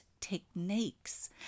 techniques